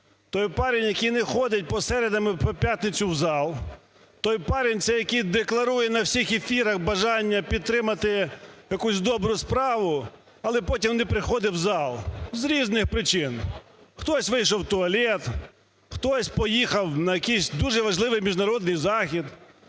той парень, який не ходить по середам і в п'ятницю в зал, той парень, це який декларує на всіх ефірах бажання підтримати якусь добру справу, але потім не приходить в зал з різних причин, хтось вийшов в туалет, хтось поїхав на якийсь дуже важливий міжнародний захід,